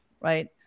right